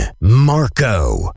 Marco